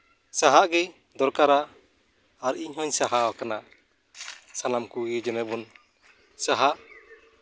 ᱥᱟᱦᱟᱸ ᱜᱮ ᱫᱚᱨᱠᱟᱨᱟ ᱟᱨ ᱤᱧ ᱦᱚᱧ ᱥᱟᱦᱟᱣ ᱟᱠᱟᱱᱟ ᱥᱟᱱᱟᱢ ᱠᱚᱜᱮ ᱡᱮᱱᱚ ᱵᱚᱱ ᱥᱟᱦᱟᱜ